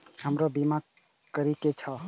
हमरो बीमा करीके छः?